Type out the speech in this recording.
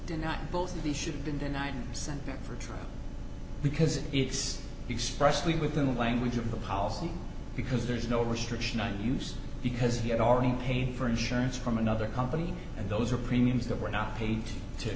did not both of these should have been denied and sent back for trial because it's expressly within the language of the policy because there's no restriction on use because he had already paid for insurance from another company and those are premiums that were not paid to